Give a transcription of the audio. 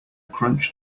crunch